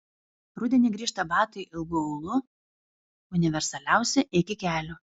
rudenį grįžta batai ilgu aulu universaliausi iki kelių